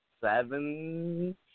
seven